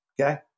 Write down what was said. okay